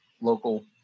local